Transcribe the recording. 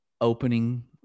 opening